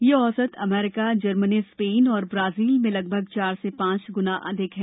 यह औसत America Germany Spain और ब्राजील में लगभग चार से पांच गुना अधिक है